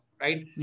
right